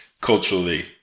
culturally